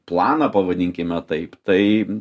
planą pavadinkime taip tai